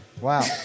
Wow